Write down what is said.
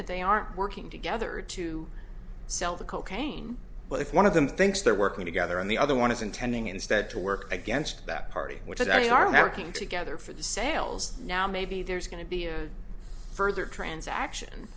that they aren't working together to sell the cocaine but if one of them thinks they're working together on the other one is intending instead to work against that party which is very hard working together for the sales now maybe there's going to be a further transaction